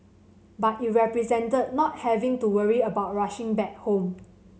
but it represented not having to worry about rushing back home